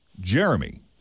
Jeremy